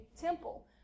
temple